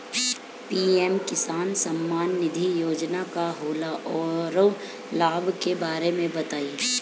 PM Kisan Samman Nidhi Yojana का होला औरो लाभ के बारे में बताई?